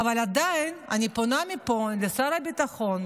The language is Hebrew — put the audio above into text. אבל עדיין אני פונה מפה לשר הביטחון,